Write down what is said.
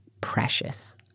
precious